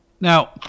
Now